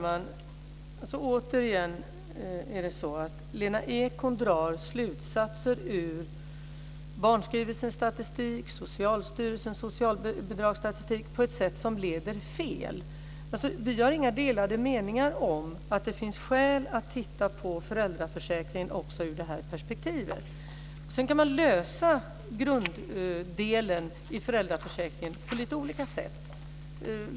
Fru talman! Återigen drar Lena Ek slutsatser på grundval av barnskrivelsens statistik och Socialstyrelsens socialbidragsstatistik på ett sätt som leder fel. Vi har inga delade meningar om att det finns skäl att se över föräldraförsäkringen också ur det här perspektivet. Sedan kan man lösa detta med grunddelen i försäkringen på lite olika sätt.